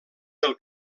del